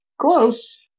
Close